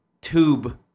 tube